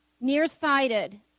nearsighted